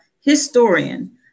historian